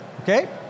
okay